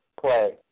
play